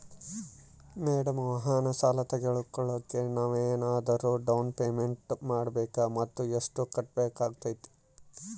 Madam ವಾಹನ ಸಾಲ ತೋಗೊಳೋಕೆ ನಾವೇನಾದರೂ ಡೌನ್ ಪೇಮೆಂಟ್ ಮಾಡಬೇಕಾ ಮತ್ತು ಎಷ್ಟು ಕಟ್ಬೇಕಾಗ್ತೈತೆ?